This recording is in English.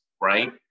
right